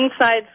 inside